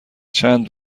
چند